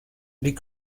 les